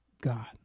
God